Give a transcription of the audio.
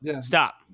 Stop